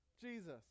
jesus